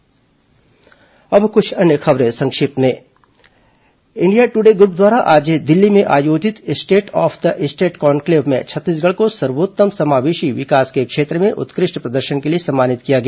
संक्षिप्त समाचार अब कुछ अन्य खबरें संक्षिप्त में इंडिया ट्रडे ग्रुप द्वारा आज दिल्ली में आयोजित state of the state conclave में छत्तीसगढ़ को सर्वोत्तम समावेशी विकास के क्षेत्र में उत्कृष्ट प्रदर्शन के लिए सम्मानित किया गया